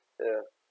ya